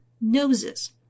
noses